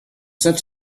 such